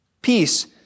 peace